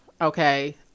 Okay